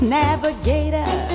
navigator